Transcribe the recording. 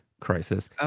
crisis